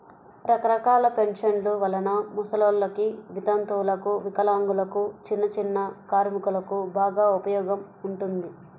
రకరకాల పెన్షన్ల వలన ముసలోల్లకి, వితంతువులకు, వికలాంగులకు, చిన్నచిన్న కార్మికులకు బాగా ఉపయోగం ఉంటుంది